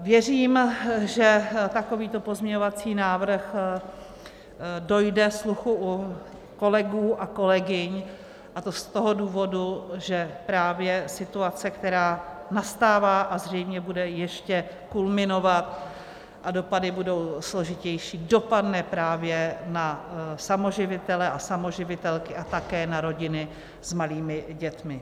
Věřím, že takovýto pozměňovací návrh dojde sluchu u kolegů a kolegyň, a to z toho důvodu, že právě situace, která nastává a zřejmě bude ještě kulminovat, a dopady budou složitější, dopadne právě na samoživitele a samoživitelky a také na rodiny s malými dětmi.